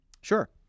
sure